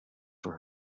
for